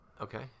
Okay